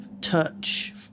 touch